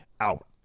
out